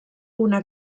una